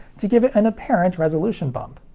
to give it an apparent resolution bump.